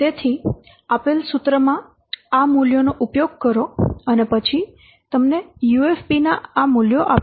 તેથી આપેલ સૂત્રમાં આ મૂલ્યોનો ઉપયોગ કરો અને પછી તે તમને UFP ના આ મૂલ્યો આપશે